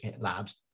labs